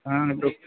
हाँ